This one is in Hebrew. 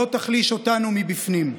לא תחליש אותנו מבפנים.